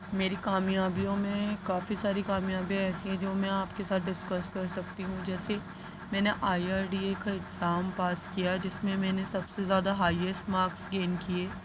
میری کامیابیوں میں کافی ساری کامیابیاں ایسی ہیں جو میں آپ کے ساتھ ڈسکس کر سکتی ہوں جیسے میں نے آئی آر ڈی اے کا اگزام پاس کیا جس میں میں نے سب سے زیادہ ہائیسٹ مارکس گین کئے